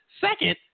Second